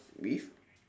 with